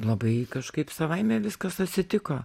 labai kažkaip savaime viskas atsitiko